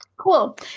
cool